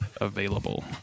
available